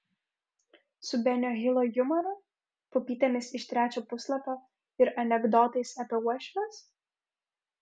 su benio hilo jumoru pupytėmis iš trečio puslapio ir anekdotais apie uošves